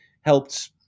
helped